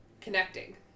connecting